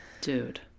Dude